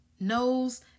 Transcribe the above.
knows